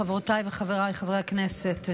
חברותיי וחבריי חברי הכנסת,